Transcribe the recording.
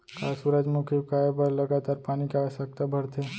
का सूरजमुखी उगाए बर लगातार पानी के आवश्यकता भरथे?